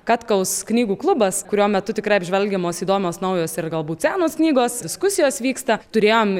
katkaus knygų klubas kurio metu tikrai apžvelgiamos įdomios naujos ir galbūt senos knygos diskusijos vyksta turėjom